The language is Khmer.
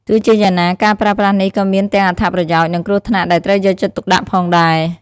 ទោះជាយ៉ាងណា ការប្រើប្រាស់នេះក៏មានទាំងអត្ថប្រយោជន៍ និងគ្រោះថ្នាក់ដែលត្រូវយកចិត្តទុកដាក់ផងដែរ។